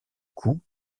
coûts